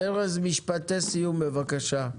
ארז, משפטי סיום, בבקשה.